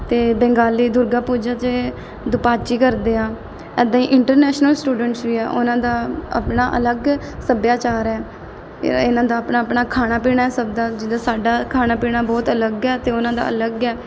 ਅਤੇ ਬੰਗਾਲੀ ਦੁਰਗਾ ਪੂਜਾ ਜੇ ਦੁਪਾਚੀ ਕਰਦੇ ਆ ਇੱਦਾਂ ਹੀ ਇੰਟਰਨੈਸ਼ਨਲ ਸਟੂਡੈਂਟਸ ਵੀ ਆ ਉਹਨਾਂ ਦਾ ਆਪਣਾ ਅਲੱਗ ਸੱਭਿਆਚਾਰ ਹੈ ਇਹ ਇਨ੍ਹਾਂ ਦਾ ਆਪਣਾ ਆਪਣਾ ਖਾਣਾ ਪੀਣਾ ਸਭ ਦਾ ਜਿੱਦਾਂ ਸਾਡਾ ਖਾਣਾ ਪੀਣਾ ਬਹੁਤ ਅਲੱਗ ਹੈ ਅਤੇ ਉਨ੍ਹਾਂ ਦਾ ਅਲੱਗ ਹੈ